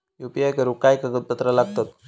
UPI करुक काय कागदपत्रा लागतत?